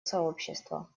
сообщества